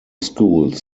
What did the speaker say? schools